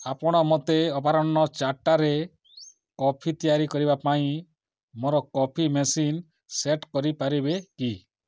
ଆପଣ ମୋତେ ଅପରାହ୍ନ ଚାରିଟାରେ କଫି ତିଆରି କରିବା ପାଇଁ ମୋର କଫି ମେସିନ୍ ସେଟ୍ କରିପାରିବେ କି